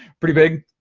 pretty big.